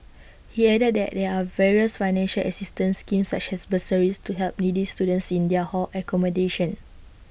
he added that there are various financial assistance schemes such as bursaries to help needy students in their hall accommodation